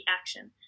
action